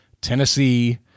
Tennessee